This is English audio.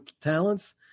talents